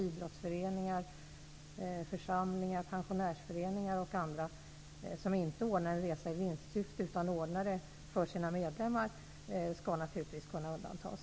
Idrottsföreningar, församlingar, pensionärsföreningar och andra som inte ordnar resor i vinstsyfte utan ordnar resor för sina medlemmar skall naturligtvis kunna undantas.